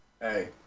Hey